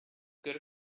good